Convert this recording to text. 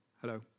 Hello